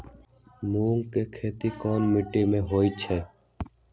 मूँग के खेती कौन मीटी मे होईछ?